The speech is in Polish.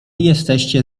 jesteście